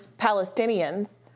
Palestinians